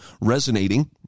resonating